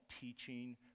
teaching